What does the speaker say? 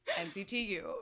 nctu